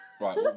Right